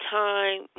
time